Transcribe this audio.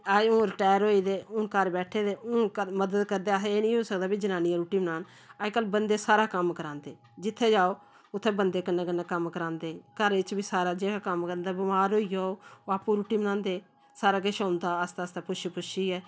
ते अज्ज हून रिटायर होई गेदे हून घर बैठे दे हून मदद करदे असें एह् निं होई सकदा भई जनानियां रुट्टी बनान अज्जकल बंदे सारा कम्म करांदे जित्थै जाओ उत्थै बंदे कन्नै कन्नै कम्म करांदे घरै च बी सारा जेह्ड़ा कम्म करदा बमार होई जा ओह् आपूं रुट्टी बनांदे सारा किश औंदा आस्त आस्ता पुच्छी पुच्छियै